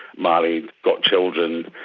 married, got children,